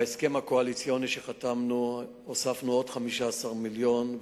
בהסכם הקואליציוני שחתמנו הוספנו עוד 15 מיליון,